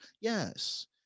Yes